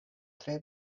tre